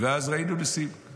ואז ראינו ניסים על אויבים.